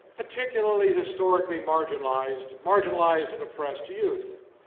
particularly historically marginalized marginalized and oppressed youth.